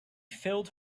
filled